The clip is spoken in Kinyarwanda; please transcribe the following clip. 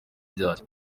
ryacyo